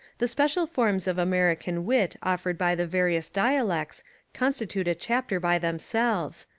the special forms of american wit offered by the various dialects constitute a chapter by themselves,